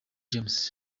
james